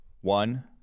one